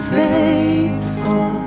faithful